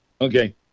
Okay